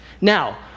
Now